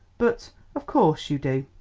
but of course you do.